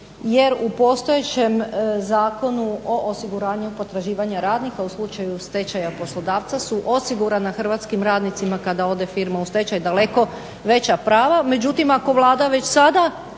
jer u postojećem Zakonu o osiguranju potraživanja radnika u slučaju stečaja poslodavca su osigurana hrvatskim radnicima kada ode firma u stečaj daleko veća prava. Međutim, ako Vlada već sada